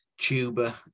Tuba